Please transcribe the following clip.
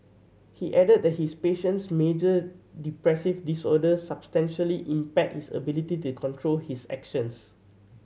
he added that his patient's major depressive disorder substantially impaired his ability to control his actions